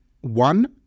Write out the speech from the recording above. one